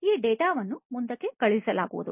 ಈ ಡೇಟಾವನ್ನು ಮುಂದಕ್ಕೆ ಕಳುಹಿಸಲಾಗುವುದು